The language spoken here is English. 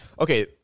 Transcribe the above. Okay